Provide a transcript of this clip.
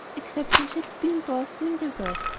except when she had to be indoors doing the work.